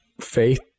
faith